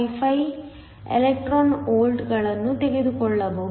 55 electron ವೋಲ್ಟ್ಗಳನ್ನು ತೆಗೆದುಕೊಳ್ಳಬಹುದು